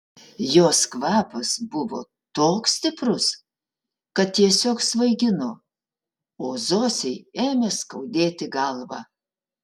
jos kvapas buvo toks stiprus kad tiesiog svaigino o zosei ėmė skaudėti galvą